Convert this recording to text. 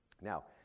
Now